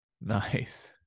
Nice